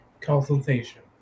consultation